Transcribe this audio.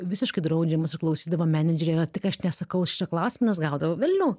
visiškai draudžiamas ir klausydavo meneidžeriai ar tik aš nesakau šito klausimo nes gaudavau velnių